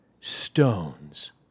stones